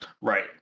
Right